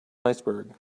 iceberg